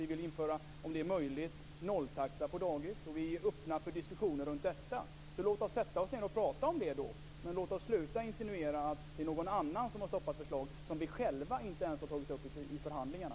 Vi vill om det är möjligt införa nolltaxa på dagis, och vi är öppna för diskussioner om detta. Låt oss sätta oss ned och tala om det. Men sluta att insinuera att det är någon annan som har stoppat förslag som ni själva inte ens har tagit upp i förhandlingarna.